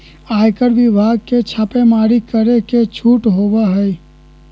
आयकर विभाग के छापेमारी करे के छूट होबा हई